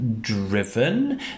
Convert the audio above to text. driven